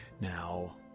Now